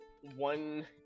one-